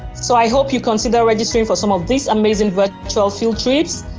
so i hope you consider registering for some of this amazing virtual field trips,